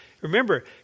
Remember